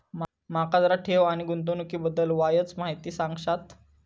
माका जरा ठेव आणि गुंतवणूकी बद्दल वायचं माहिती सांगशात?